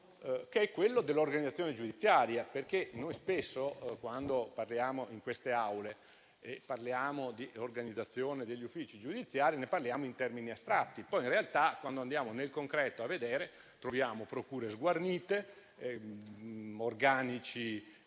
caro, quello dell'organizzazione giudiziaria, perché spesso quando in quest'Aula parliamo di organizzazione degli uffici giudiziari lo facciamo in termini astratti, poi in realtà quando andiamo a vedere nel concreto, troviamo procure sguarnite, organici